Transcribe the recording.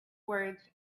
words